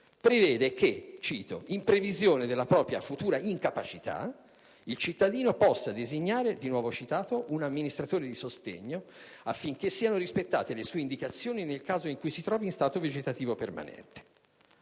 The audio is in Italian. prevede che, in previsione della propria futura incapacità, il cittadino possa designare un amministratore di sostegno affinché siano rispettate le sue indicazioni nel caso in cui si trovi in uno stato vegetativo permanente.